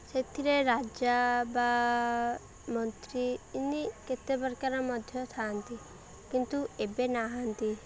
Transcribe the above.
ସେଥିରେ ରାଜା ବା ମନ୍ତ୍ରୀ ଏମିତି କେତେ ପ୍ରକାର ମଧ୍ୟ ଥାଆନ୍ତି କିନ୍ତୁ ଏବେ ନାହାନ୍ତି